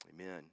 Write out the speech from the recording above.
amen